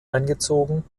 eingezogen